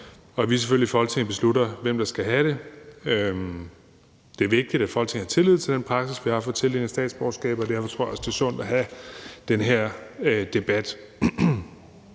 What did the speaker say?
at vi selvfølgelig i Folketinget beslutter, hvem der skal have den. Det er vigtigt, at Folketinget har tillid til den praksis, vi har for tildeling af statsborgerskaber, og derfor tror jeg også, det er sundt at have den her debat.